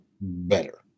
better